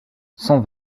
cent